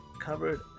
covered